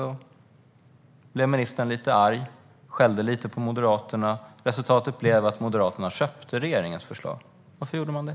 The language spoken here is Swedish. Ministern blev lite arg och skällde lite på Moderaterna. Resultatet blev att Moderaterna köpte regeringens förslag. Varför gjorde man det?